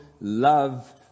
love